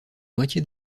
moitié